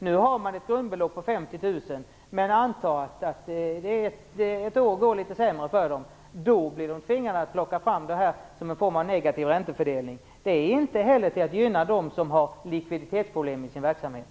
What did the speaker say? Nu har man ett grundbelopp på 50 000, men anta att det går litet sämre för dem ett år. Då blir de tvingade att plocka fram detta som en form av negativ räntefördelning. Det är inte heller att gynna dem som har likviditetsproblem i sin verksamhet.